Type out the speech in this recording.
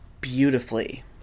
beautifully